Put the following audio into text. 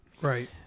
Right